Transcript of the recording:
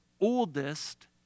oldest